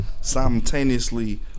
Simultaneously